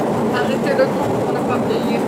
إيقاف الزمن حتى لا أتقدم في السن.